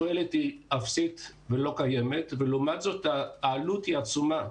התועלת היא אפסית ולא קיימת ולעומת זאת העלות היא עצומה.